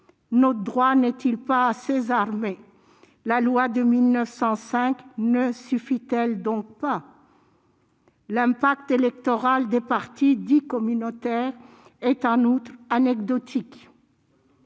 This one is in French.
Notre droit n'est-il pas assez armé ? La loi de 1905 ne suffit-elle donc pas ? Non ! L'impact électoral des partis dits « communautaires » est en outre anecdotique.